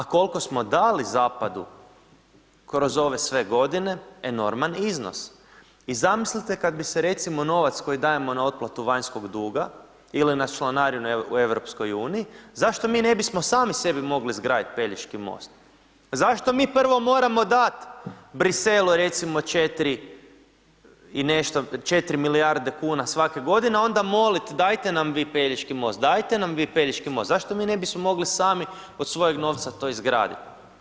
A kolko smo dali zapadu kroz ove sve godine, enorman iznos i zamislite kad bi se recimo novac koji dajemo na otplatu vanjskog duga ili na članarinu u EU, zašto mi ne bismo sami sebi mogli izgradit Pelješki most, zašto mi prvo moramo dat Bruxellesu recimo 4 i nešto 4 milijarde kuna svake godine onda molit dajte nam vi Pelješki most, dajte nam vi Pelješki most, zašto mi ne bismo mogli sami od svojeg novca to izgradit?